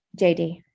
JD